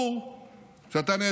וברגע שאתה מגיע לגודל אופטימלי,